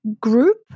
group